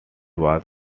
was